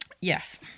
Yes